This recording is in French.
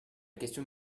question